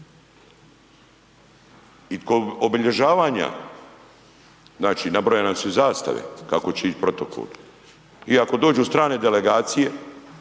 I kod obilježavanja znači nabrojane su i zastave kako će ići protokol i ako dođu strane delegacije,